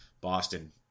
Boston